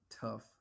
tough